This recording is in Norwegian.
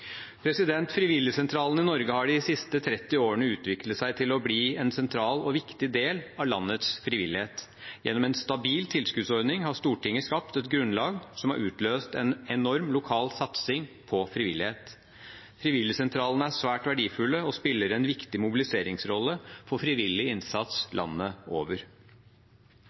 Frivilligsentralene i Norge har de siste 30 årene utviklet seg til å bli en sentral og viktig del av landets frivillighet. Gjennom en stabil tilskuddsordning har Stortinget skapt et grunnlag som har utløst en enorm lokal satsing på frivillighet. Frivilligsentralene er svært verdifulle og spiller en viktig mobiliseringsrolle for frivillig innsats landet over.